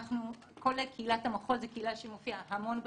כל קהילת המחול זו קהילה שמופיעה המון בחו"ל,